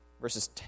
verses